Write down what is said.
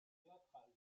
théâtrale